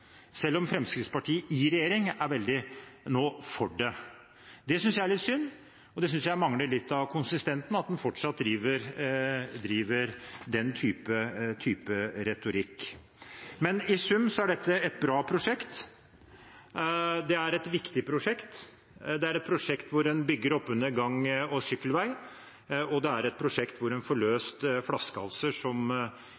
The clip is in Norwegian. selv om Fremskrittspartiet i regjering nå er veldig for det. Det synes jeg er litt synd og viser manglende konsistens, at en fortsatt driver den type retorikk. I sum er dette et bra prosjekt. Det er et viktig prosjekt, hvor en bygger opp under gang- og sykkelvei og får løst flaskehalser som